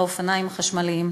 האופניים החשמליים.